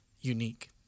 unique